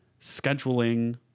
scheduling